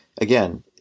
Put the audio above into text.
again